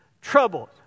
troubled